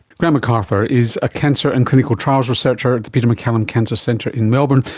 grant mcarthur is a cancer and clinical trials researcher at the peter maccallum cancer centre in melbourne,